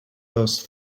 those